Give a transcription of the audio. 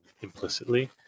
implicitly